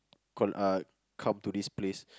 call uh come to this place